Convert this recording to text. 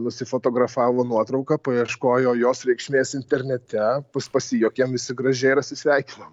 nusifotografavo nuotrauką paieškojo jos reikšmės internete pasijuokėm visi gražiai ir atsisveikinom